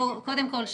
קודם כל,